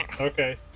Okay